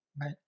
Right